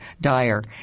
dire